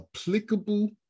applicable